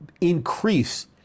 increase